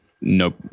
nope